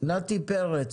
נתי פרץ,